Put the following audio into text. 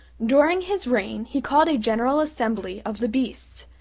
during his reign he called a general assembly of the beasts,